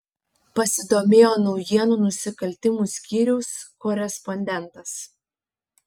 pasidomėjo naujienų nusikaltimų skyriaus korespondentas